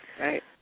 right